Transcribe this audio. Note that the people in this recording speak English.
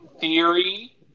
theory